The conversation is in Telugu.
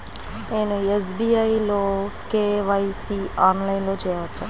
నేను ఎస్.బీ.ఐ లో కే.వై.సి ఆన్లైన్లో చేయవచ్చా?